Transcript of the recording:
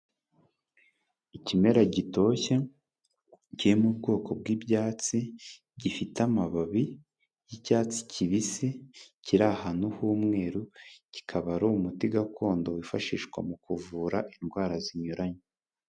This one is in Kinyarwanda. Ikimera gitoshye kiri mu bwoko bw'ibyatsi, gifite amababi y'icyatsi kibisi, kiri ahantu h'umweru kikaba ari umuti gakondo wifashishwa mu kuvura indwara zinyuranye.